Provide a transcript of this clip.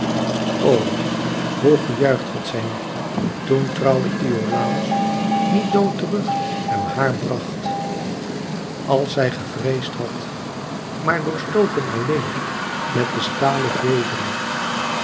o hoe gejuicht had zij niet toen trouwe iolàos niet dood terug hem haar bracht als zij gevreesd had maar doorstoken alleen met de